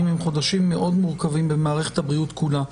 הם חודשים מאוד מורכבים במערכת הבריאות כולה.